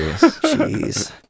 jeez